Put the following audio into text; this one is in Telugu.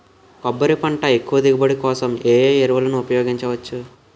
కొబ్బరి పంట ఎక్కువ దిగుబడి కోసం ఏ ఏ ఎరువులను ఉపయోగించచ్చు?